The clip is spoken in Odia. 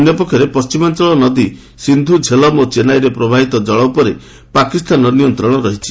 ଅନ୍ୟପକ୍ଷରେ ପଣ୍ଟିମାଞ୍ଚଳ ନଦୀ ସିନ୍ଧୁ ଝେଲମ୍ ଓ ଚେନ୍ନାବ ପ୍ରବାହ ନଦୀର ଜଳ ଉପରେ ପାକିସ୍ତାନର ନିୟନ୍ତ୍ରଣ ରହିଛି